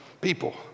People